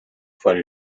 for